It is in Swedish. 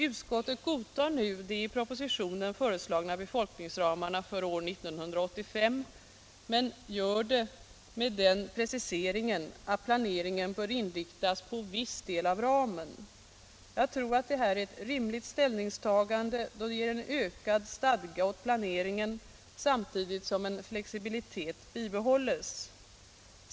Utskottet godtar nu de i propositionen föreslagna befolkningsramarna för 1985 men gör det med den preciseringen att planeringen bör inriktas på viss del av ramen. Jag tror att det här är ett rimligt ställningstagande, då det ger en ökad stadga åt planeringen samtidigt som en flexibilitet bibehålls.